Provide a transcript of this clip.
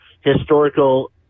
historical